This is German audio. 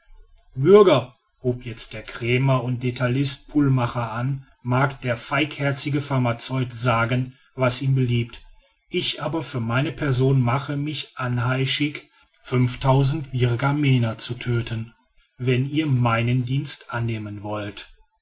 hub jetzt der krämer und detaillist pulmacher an mag der feigherzige pharmaceut sagen was ihm beliebt ich aber für meine person mache mich anheischig fünftausend virgamener zu tödten wenn ihr meine dienste annehmen wollt